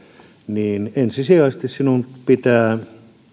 niin ensisijaisesti sinun pitää